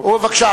בבקשה,